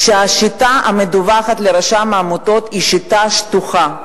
שהשיטה המדווחת לרשם העמותות היא שיטה שטוחה.